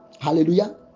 Hallelujah